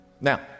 Now